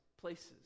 places